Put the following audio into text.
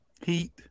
Heat